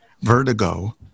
vertigo